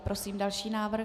Prosím další návrh.